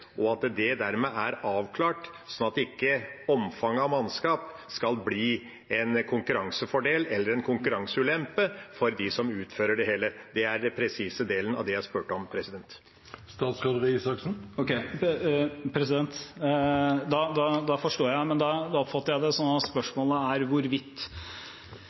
og at det dermed er avklart, sånn at ikke omfanget av mannskap skal bli en konkurransefordel eller en konkurranseulempe for dem som utfører det hele. Det er den presise delen av det jeg spurte om. Da forstår jeg. Jeg skjønner hva representanten sikter til, men det er litt vanskelig å forstå om han da mener at spørsmålet er